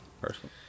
personally